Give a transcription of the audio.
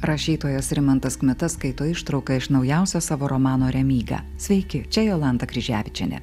rašytojas rimantas kmita skaito ištrauką iš naujausio savo romano remyga sveiki čia jolanta kryževičienė